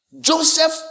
Joseph